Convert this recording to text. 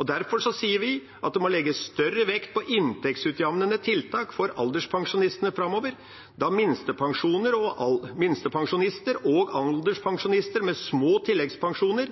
Derfor sier vi at det må «legges større vekt på inntektsutjevnende tiltak for alderspensjonister fremover, da minstepensjonister og alderspensjonister med små tilleggspensjoner